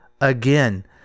again